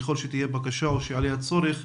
ככל שתהיה בקשה או שיעלה הצורך,